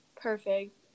Perfect